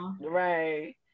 Right